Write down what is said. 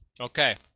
Okay